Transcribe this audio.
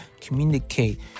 communicate